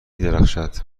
درخشد